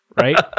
right